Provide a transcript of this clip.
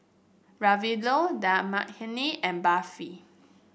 Ravioli Dal Makhani and Barfi